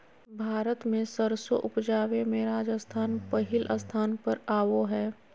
भारत मे सरसों उपजावे मे राजस्थान पहिल स्थान पर आवो हय